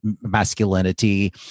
masculinity